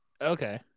Okay